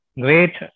great